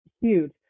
huge